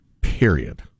Period